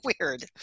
weird